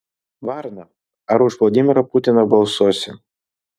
varna ar už vladimirą putiną balsuosi